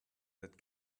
that